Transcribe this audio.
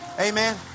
Amen